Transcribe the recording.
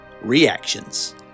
reactions